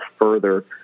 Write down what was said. further